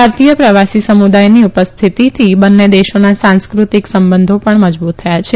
ભારતીય પ્રવાસી સમુદાયની ઉપસ્થિતિથી બંને દેશોના સાંસ્ક઼તિક સંબંધો પણ મજબૂત થયા છે